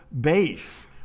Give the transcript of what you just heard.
base